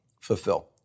fulfill